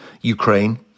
Ukraine